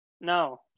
no